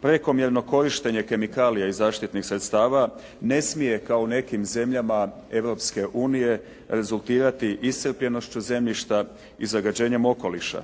prekomjerno korištenje kemikalija i zaštitnih sredstava ne smije kao u nekim zemljama Europske unije rezultirati iscrpljenošću zemljišta i zagađenjem okoliša